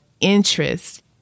interest